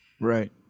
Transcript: Right